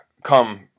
come